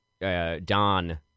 Don